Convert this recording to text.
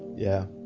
yeah.